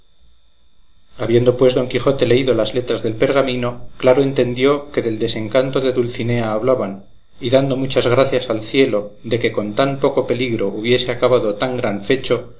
habiendo pues don quijote leído las letras del pergamino claro entendió que del desencanto de dulcinea hablaban y dando muchas gracias al cielo de que con tan poco peligro hubiese acabado tan gran fecho